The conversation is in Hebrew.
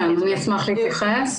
אני אשמח להתייחס.